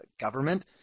government